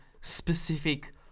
specific